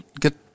get